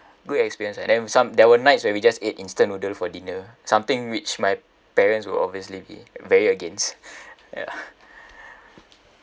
good experience and then some there were nights where we just ate instant noodle for dinner something which my parents will obviously be very against ya